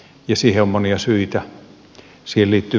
siihen on monia syitä